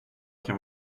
kan